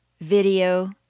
video